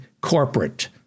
corporate